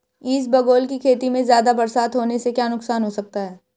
इसबगोल की खेती में ज़्यादा बरसात होने से क्या नुकसान हो सकता है?